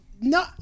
no